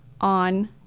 on